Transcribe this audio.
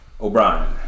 O'Brien